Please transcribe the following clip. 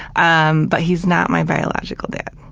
um, but he's not my biological dad.